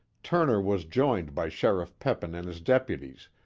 turner was joined by sheriff peppin and his deputies,